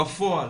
בפועל,